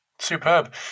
Superb